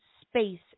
space